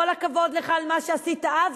כל הכבוד לך על מה שעשית אז,